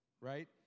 right